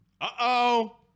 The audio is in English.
uh-oh